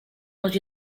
dans